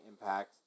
impact